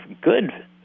good